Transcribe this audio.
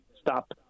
stop